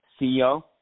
CEO